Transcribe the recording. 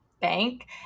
bank